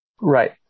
right